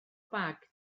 bag